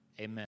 Amen